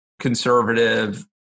conservative